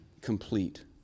complete